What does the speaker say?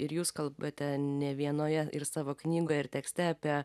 ir jūs kalbate ne vienoje ir savo knygoj ir tekste apie